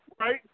right